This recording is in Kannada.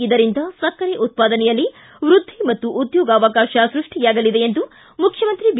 ಇದರಿಂದ ಸಕ್ಕರೆ ಉತ್ಪಾದನೆಯಲ್ಲಿ ವೃದ್ಧಿ ಮತ್ತು ಉದ್ಯೋಗಾವಕಾಶ ಸೃಷ್ಟಿಯಾಗಲಿದೆ ಎಂದು ಮುಖ್ಯಮಂತ್ರಿ ಬಿ